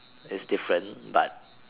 is different but